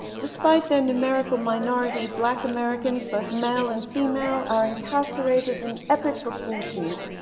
despite their numerical minority, black american, both male and female are incarcerated in epic proportions